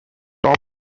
top